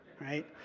right